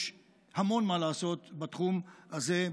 יש המון מה לעשות בתחום הזה,